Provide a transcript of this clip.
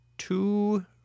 Two